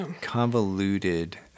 convoluted